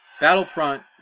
Battlefront